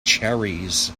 cherries